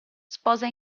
sposa